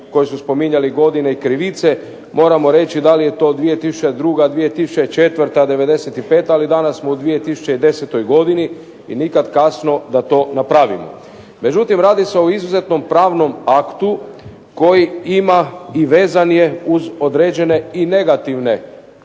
koji su spominjali godine i krivice, moramo reći da li je to 2002., 2004., '95., ali danas smo u 2010. godini i nikad kasno da to napravimo. Međutim, radi se o izuzetnom pravnom aktu koji ima i vezan je uz određene i negativne